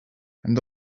and